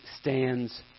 stands